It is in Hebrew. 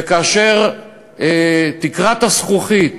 וכאשר תקרת הזכוכית